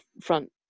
front